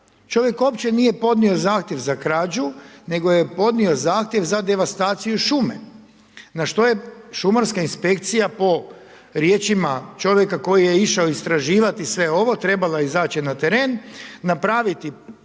Čovjek opće nije podnio Zahtjev za krađu, nego je podnio Zahtjev za devastaciju šume, na što je šumarska inspekcija po riječima čovjeka koji je išao istraživati sve ovo, trebala je izaći na teren, napraviti